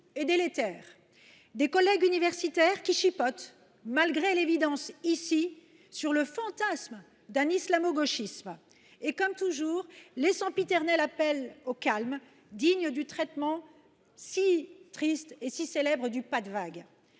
et délétères. Des collègues universitaires qui chipotent, malgré l'évidence ici, sur le fantasme d'un islamo-gauchisme. Et comme toujours, les Sampiternelles appellent au calme, dignes du traitement si triste et si célèbre du pas de vague.